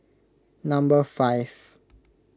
number five